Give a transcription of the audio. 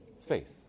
Faith